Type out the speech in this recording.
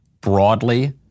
broadly